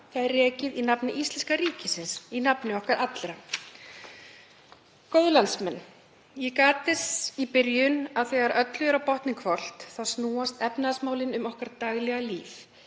það er rekið í nafni íslenska ríkisins, í nafni okkar allra. Góðir landsmenn. Ég gat þess í byrjun að þegar öllu er á botninn hvolft þá snúast efnahagsmálin um okkar daglega líf.